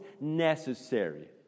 necessary